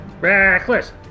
reckless